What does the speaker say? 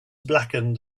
blackened